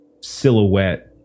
silhouette